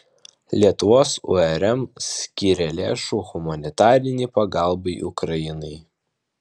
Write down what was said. lietuvos urm skyrė lėšų humanitarinei pagalbai ukrainai